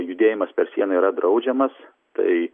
judėjimas per sieną yra draudžiamas tai